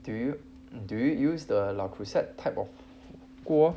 do you do you use the le creuset type of 锅